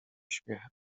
śmiechem